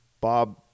Bob